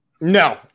No